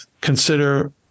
consider